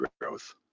growth